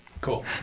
Cool